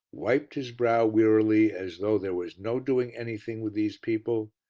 wiped his brow wearily as though there was no doing anything with these people,